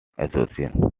association